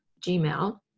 Gmail